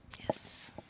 Yes